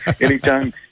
anytime